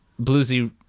bluesy